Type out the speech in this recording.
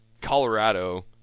Colorado